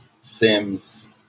Sims